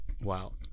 wow